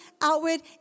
outward